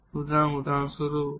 সুতরাং উদাহরণস্বরূপ এই y 2